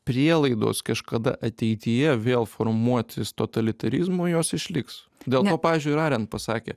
prielaidos kažkada ateityje vėl formuotis totalitarizmui jos išliks dėl ko pavyzdžiui ir arent pasakė